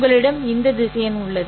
உங்களிடம் இந்த திசையன் உள்ளது